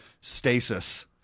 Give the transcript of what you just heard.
stasis